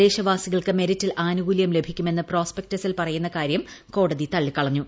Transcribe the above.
പ്രൂദേശ്രവാസികൾക്ക് മെരിറ്റിൽ ആനുകൂല്യം ലഭിക്കുമെന്ന് പ്രോസ്പെക്ടസിൽ പറയുന്ന ക്ടുമ്യം കോടതി തള്ളിക്കളഞ്ഞു